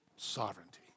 Sovereignty